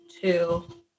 two